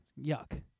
Yuck